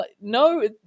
No